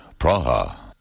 Praha